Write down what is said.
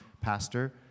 pastor